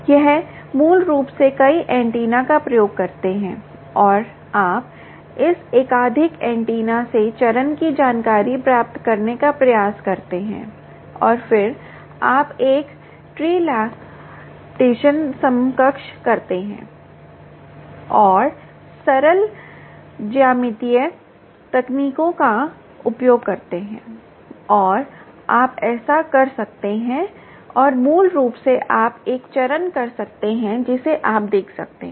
आप मूल रूप से कई ऐन्टेना का उपयोग करते हैं और आप इस एकाधिक ऐन्टेना से चरण की जानकारी प्राप्त करने का प्रयास करते हैं और फिर आप एक ट्रिलाटेशन समकक्ष करते हैं और सरल ज्यामितीय तकनीकों का उपयोग करते हैं और आप ऐसा कर सकते हैं और मूल रूप से आप एक चरण कर सकते हैं जिसे आप देख सकते हैं